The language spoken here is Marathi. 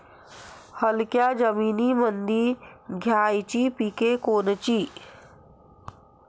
हलक्या जमीनीमंदी घ्यायची पिके कोनची?